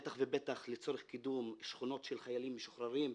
בטח ובטח לצורך קידום שכונות של חיילים משוחררים,